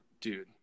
dude